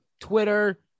Twitter